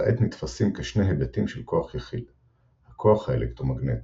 וכעת נתפסים כשני היבטים של כוח יחיד – הכוח האלקטרומגנטי.